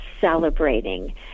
celebrating